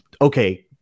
okay